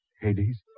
Hades